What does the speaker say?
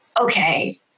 okay